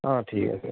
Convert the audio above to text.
অঁ ঠিক আছে